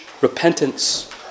repentance